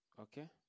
Okay